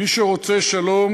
מי שרוצה שלום,